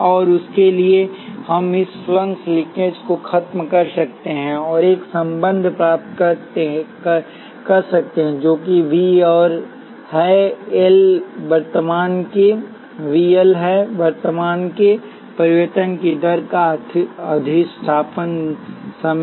और उसके लिए हम इस फ्लक्स लिंकेज को खत्म कर सकते हैं और एक संबंध प्राप्त कर सकते हैं जो वी है एल वर्तमान के परिवर्तन की दर का अधिष्ठापन समय